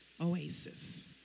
oasis